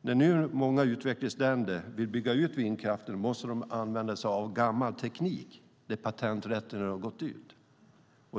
När nu många utvecklingsländer vill bygga ut vindkraften måste de använda sig av gammal teknik där patenträtten har gått ut.